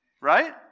right